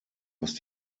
was